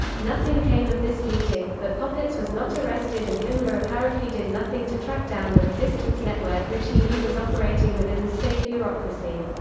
nothing came of this meeting, but popitz was not arrested and himmler apparently did nothing to track down the resistance network which he knew was operating within the state bureaucracy.